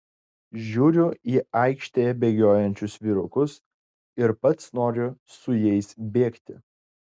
žiūriu į aikštėje bėgiojančius vyrukus ir pats noriu su jais bėgti